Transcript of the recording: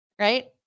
right